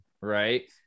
right